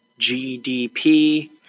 GDP